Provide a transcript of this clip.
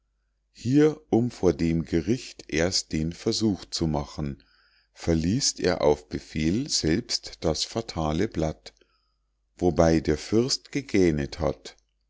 hier um vor dem gericht erst den versuch zu machen verliest er auf befehl selbst das fatale blatt wobei der fürst gegähnet hat